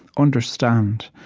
understand.